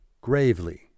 Gravely